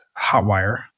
Hotwire